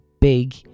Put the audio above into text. big